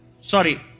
Sorry